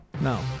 No